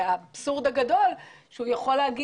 האבסורד הגדול הוא שהוא באמת יכול לומר